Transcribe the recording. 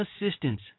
assistance